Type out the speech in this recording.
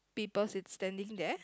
people sit standing there